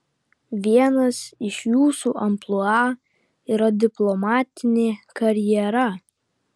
vienas iš jūsų amplua yra diplomatinė karjera